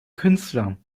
künstler